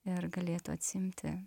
ir galėtų atsiimti